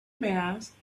mass